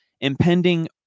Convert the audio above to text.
impending